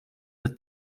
the